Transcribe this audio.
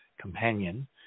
companion